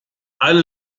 alle